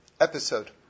episode